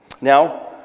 Now